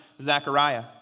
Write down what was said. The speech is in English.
Zechariah